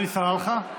עלי סלאלחה?